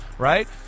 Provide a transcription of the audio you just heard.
Right